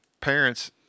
parents